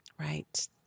Right